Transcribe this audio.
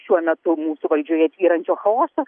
šiuo metu mūsų valdžioje tvyrančio chaoso